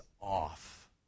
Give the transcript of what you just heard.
off